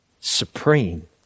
supreme